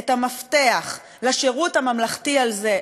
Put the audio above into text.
את המפתח לשירות הממלכתי הזה,